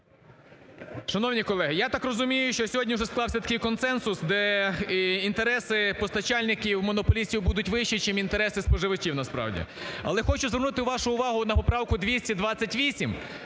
Шановні колеги! Я так розумію, що сьогодні вже склався такий консенсус, де інтереси постачальників-монополістів будуть вищі чим інтереси споживачів, насправді. Але хочу звернути вашу увагу на поправку 228,